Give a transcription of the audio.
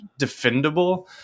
defendable